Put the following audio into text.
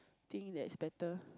think that's better